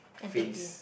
face